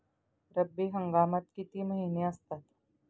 रब्बी हंगामात किती महिने असतात?